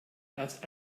erst